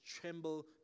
Tremble